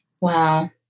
Wow